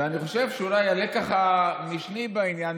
ואני חושב שהלקח המשני בעניין,